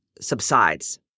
subsides